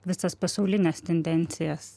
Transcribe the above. visas pasaulines tendencijas